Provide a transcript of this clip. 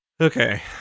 Okay